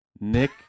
Nick